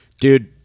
dude